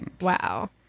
Wow